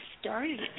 started